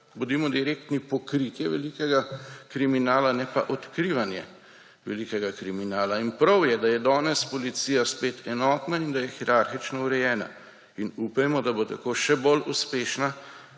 bodimo direktni, pokritje velikega kriminala, ne pa odkrivanje velikega kriminala. In prav je, da je danes policija spet enotna in da je hierarhično urejena, in upajmo, da bo tako še bolj uspešna